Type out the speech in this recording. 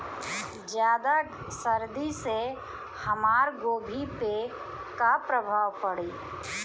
ज्यादा सर्दी से हमार गोभी पे का प्रभाव पड़ी?